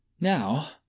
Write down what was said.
now